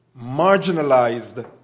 marginalized